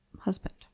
husband